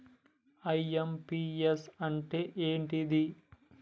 IMPS అంటే ఏంటిది?